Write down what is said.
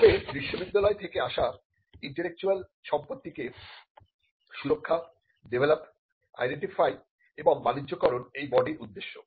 তবে বিশ্ববিদ্যালয় থেকে আসা ইন্টেলেকচুয়াল সম্পত্তিকে সুরক্ষা ডেভেলপ আইডেন্টিফাই এবং বাণিজ্যকরণ এই বডির উদ্দেশ্য